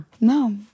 No